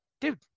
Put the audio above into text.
dude